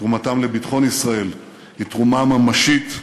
תרומתם לביטחון ישראל היא תרומה ממשית,